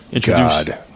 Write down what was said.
God